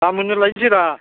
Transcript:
गाबोननो लायनोसै